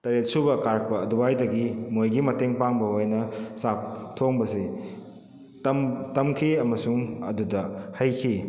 ꯇꯔꯦꯠꯁꯨꯕ ꯀꯥꯔꯛꯄ ꯑꯗꯨꯋꯥꯏꯗꯒꯤ ꯃꯣꯏꯒꯤ ꯃꯇꯦꯡ ꯄꯥꯡꯕ ꯑꯣꯏꯅ ꯆꯥꯛ ꯊꯣꯡꯕꯁꯦ ꯇꯝꯈꯤ ꯑꯃꯁꯨꯡ ꯑꯗꯨꯗ ꯍꯩꯈꯤ